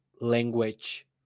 language